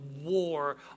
war